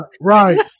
Right